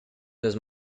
los